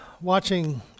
watching